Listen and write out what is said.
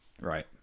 Right